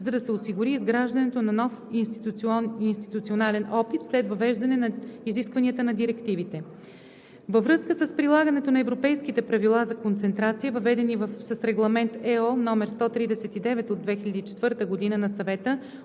за да се осигури изграждането на нов институционален опит след въвеждане на изискванията на директивите. Във връзка с прилагането на европейските правила за концентрация, въведени с Регламент (ЕО) № 139/2004 г. на Съвета